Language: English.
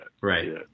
Right